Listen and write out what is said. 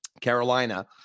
Carolina